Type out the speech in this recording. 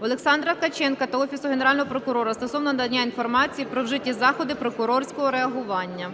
Олександра Ткаченка до Офісу Генерального прокурора стосовно надання інформації про вжиті заходи прокурорського реагування.